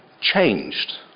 changed